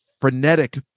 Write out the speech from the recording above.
frenetic